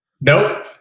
nope